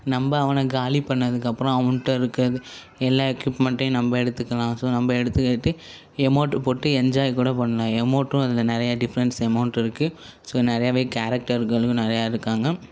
நம்ம அவனை காலி பண்ணதுக்கப்புறம் அவன்கிட்ட இருக்க இந்த எல்லா எக்யூப்மெண்ட்டையும் நம்ம எடுத்துக்கலாம் ஸோ நம்ம எடுத்துக்கிட்டு எமோட் போட்டு என்ஜாய் கூட பண்ணலாம் எமோட்டும் அதில் நிறையா டிஃப்ரென்ட்ஸ் எமோட் இருக்கு ஸோ நிறையாவே கேரக்டர்களும் நிறையா இருக்காங்க